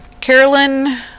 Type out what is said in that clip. Carolyn